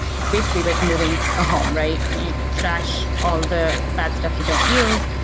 it's basically like moving a home, right? you trash all the bad stuff you don't use.